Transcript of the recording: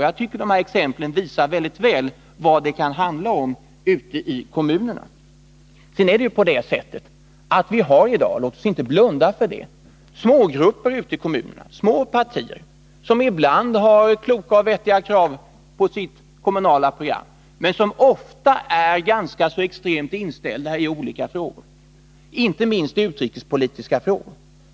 Jag tycker att de här exemplen synnerligen väl visar vad det kan handla om ute i kommunerna. Sedan är det ju på det sättet att vi i dag har — låt oss inte blunda för det! — smågrupper och små partier ute i kommunerna som ibland har kloka och vettiga krav på sitt kommunala program men som också kan vara extremt inställda i olika frågor, inte minst utrikespolitiska.